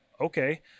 okay